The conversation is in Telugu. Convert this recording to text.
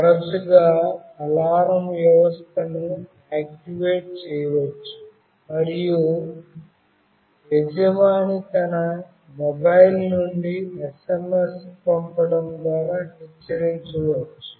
తరచుగా అలారం వ్యవస్థను ఆక్టివేట్ చేయవచ్చు మరియు యజమాని తన మొబైల్ ఫోన్ నుండి SMS పంపడం ద్వారా హెచ్చరించవచ్చు